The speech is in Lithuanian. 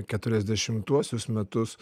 keturiasdešimtuosius metus